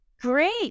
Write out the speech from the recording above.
Great